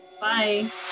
bye